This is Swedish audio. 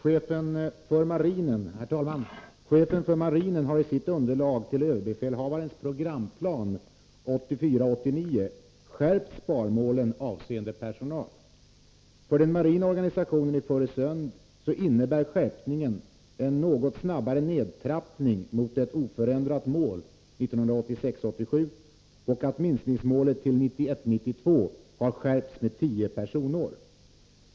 Herr talman! Chefen för marinen har i sitt underlag till överbefälhavarens programplan 1984 87 och att minskningsmålet till 1991/92 har skärpts med 10 personår.